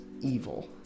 evil